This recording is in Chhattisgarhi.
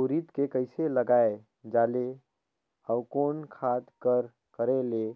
उरीद के कइसे लगाय जाले अउ कोन खाद कर करेले